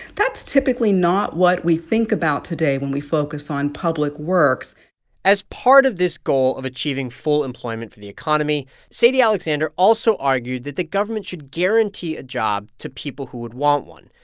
that's typically not what we think about today when we focus on public works as part of this goal of achieving full employment for the economy, sadie alexander also argued that the government should guarantee a job to people who would want one.